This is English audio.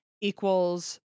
equals